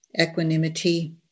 equanimity